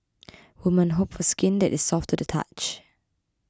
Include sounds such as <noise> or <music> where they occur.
<noise> women hope for skin that is soft to the touch